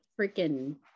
freaking